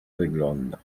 wygląda